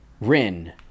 Rin